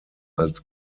als